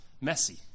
messy